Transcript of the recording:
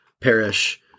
perish